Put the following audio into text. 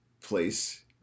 place